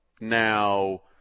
Now –